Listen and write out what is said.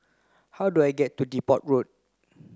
how do I get to Depot Road